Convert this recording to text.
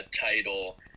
title